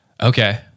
Okay